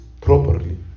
properly